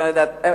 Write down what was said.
לא יודעת,